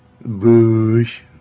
Bush